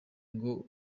ngo